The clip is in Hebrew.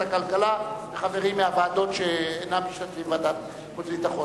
הכלכלה וחברים מהוועדות שאינם משתתפים בוועדת החוץ והביטחון.